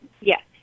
yes